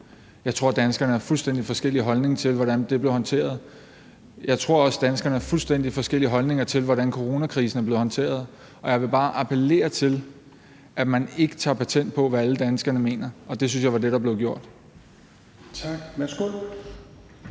køn, tror jeg, danskerne har fuldstændig forskellige holdninger til, hvordan det blev håndteret. Jeg tror også, at danskerne har fuldstændig forskellige holdninger til, hvordan coronakrisen er blevet håndteret. Og jeg vil bare appellere til, at man ikke tager patent på at vide, hvad alle danskere mener, og det synes jeg var det, der blev gjort.